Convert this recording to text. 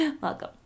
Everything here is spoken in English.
Welcome